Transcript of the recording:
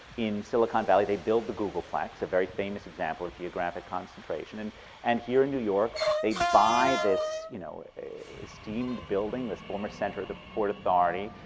in silicon valley, they build the googleplex, a very famous example of geographic concentration, and and here in new york, they buy this you know esteemed building, this former center of the port authority,